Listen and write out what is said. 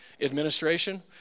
Administration